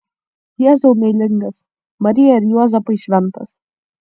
jėzau meilingas marija ir juozapai šventas